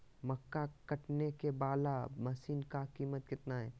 मक्का कटने बाला मसीन का कीमत कितना है?